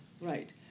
right